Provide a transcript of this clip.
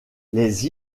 les